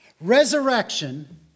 resurrection